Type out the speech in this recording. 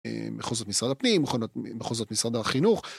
מחוזות משרד הפנים, מחוזות משרד החינוך.